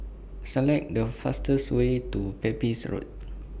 Select The fastest Way to Pepys Road